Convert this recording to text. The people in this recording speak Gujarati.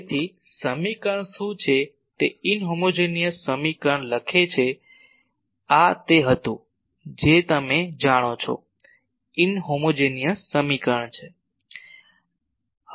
તેથી સમીકરણ શું છે તે અસામાન્ય સમીકરણ લખે છે આ તે હતું જે તમે જાણો છો અસામાન્ય સમીકરણ છે